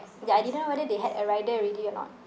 ya I didn't know whether they had a rider already or not